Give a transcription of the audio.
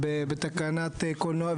ובתקנת קולנוע,